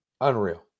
unreal